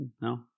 No